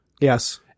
Yes